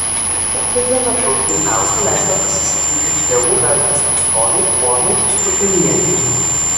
posėdžio metu pirmiausia leista pasisakyti klevų gatvės atstovei onai stupelienei